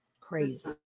Crazy